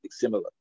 similar